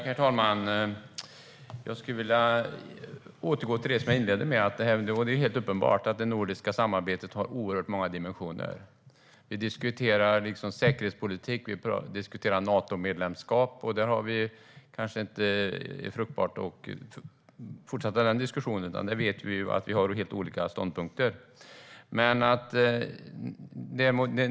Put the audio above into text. Herr talman! Jag skulle vilja återgå till det jag inledde med. Det är helt uppenbart att det nordiska samarbetet har oerhört många dimensioner. Vi diskuterar säkerhetspolitik och Natomedlemskap - där är det kanske inte fruktbart att fortsätta någon diskussion eftersom vi ju vet att vi har olika ståndpunkter.